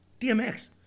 DMX